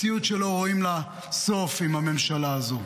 מציאות שלא רואים לה סוף עם הממשלה הזו.